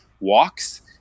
walks